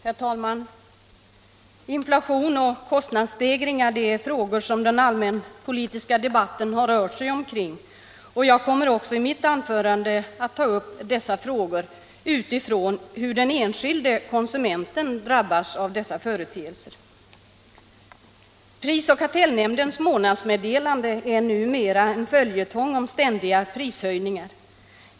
Herr talman! Inflation och kostnadsstegringar är frågor som den allmänpolitiska debatten har rört sig omkring. Också i mitt anförande kommer jag att ta upp dessa frågor utifrån hur den enskilde konsumenten drabbas av dessa företeelser. Pris och kartellnämndens månadsmeddelanden är numera en följetong om ständiga prishöjningar.